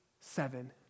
seven